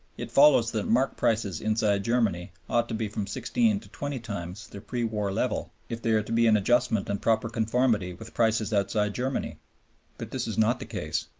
it follows that mark-prices inside germany ought to be from sixteen to twenty times their pre-war level if they are to be in adjustment and proper conformity with prices outside but this is not the case.